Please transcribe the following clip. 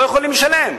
שהם לא יכולים לשלם.